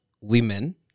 women